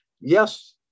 yes